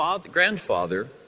grandfather